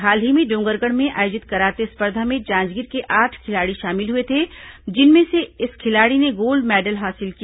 हाल ही में डोंगरगढ़ में आयोजित कराते स्पर्धा में जांजगीर के आठ खिलाड़ी शामिल हुए थे जिनमें से इस खिलाड़ी ने गोल्ड मैडल हासिल किया